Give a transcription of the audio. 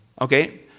Okay